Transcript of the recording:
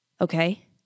okay